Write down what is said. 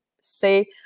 say